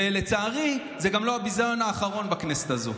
ולצערי, זה גם לא הביזיון האחרון בכנסת הזו.